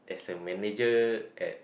as a manager at